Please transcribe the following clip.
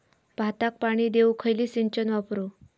भाताक पाणी देऊक खयली सिंचन वापरू?